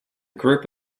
group